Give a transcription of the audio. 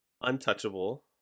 untouchable